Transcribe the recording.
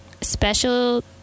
special